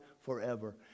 forever